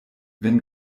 wenn